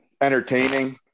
entertaining